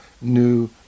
new